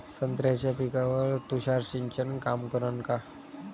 संत्र्याच्या पिकावर तुषार सिंचन काम करन का?